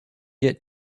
get